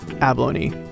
abalone